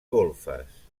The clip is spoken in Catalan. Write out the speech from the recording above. golfes